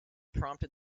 prompted